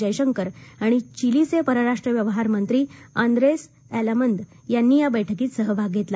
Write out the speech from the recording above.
जयशंकर आणि चिलीचे परराष्ट्र व्यवहार मंत्री अंद्रेस एलामंद यांनी या बैठकीत सहभाग घेतला